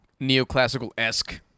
Neoclassical-esque